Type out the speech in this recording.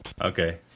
Okay